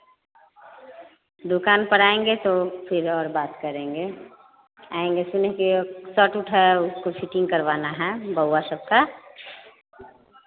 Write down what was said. दुकान पर आएँगे तो फिर और बात करेंगे आएँगे सुने हैं कि सर्ट उट है उसको फिटिंग करवाना है बउआ सबका